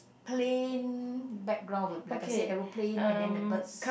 plain background with like I say aeroplane and then the birds